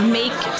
make